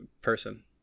person